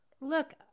Look